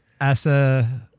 Asa